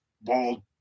bald